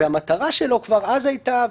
והמטרה שלו כבר אז הייתה,